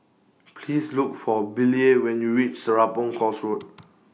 Please Look For Billye when YOU REACH Serapong Course Road